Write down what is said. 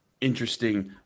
interesting